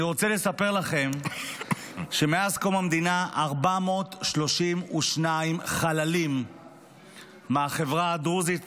אני רוצה לספר לכם שמאז קום המדינה 432 חללים מהחברה הדרוזית